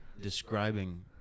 describing